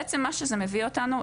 זה בעצם - מה שזה מביא אותנו,